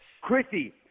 Chrissy